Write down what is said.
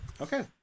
Okay